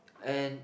and